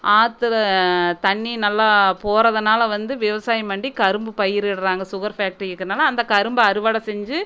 ஆற்றுல தண்ணி நல்லா போவதனால வந்து விவசாயம் பண்ணி கரும்பு பயிரிடுகிறாங்க சுகர் ஃபேக்ட்ரி இருக்கறதுனால அந்த கரும்பை அறுவடை செஞ்சு